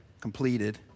completed